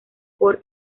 por